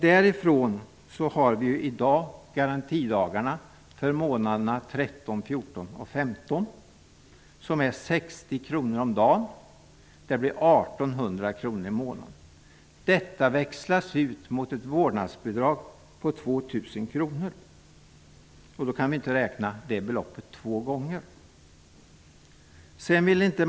Vi har ju garantidagarna för månaderna 13, 14 och 15 som ersätts med 60 kr per dag. Det blir 1 800 kr per månad. Detta växlas ut mot ett vårdnadsbidrag på 2 000 kr per månad, så det beloppet kan inte räknas två gånger.